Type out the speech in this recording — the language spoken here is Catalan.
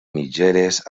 mitgeres